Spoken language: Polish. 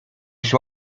się